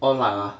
all luck ah